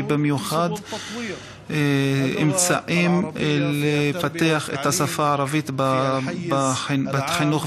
ובייחוד באמצעים לפתח את השפה הערבית בחינוך,